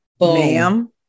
Ma'am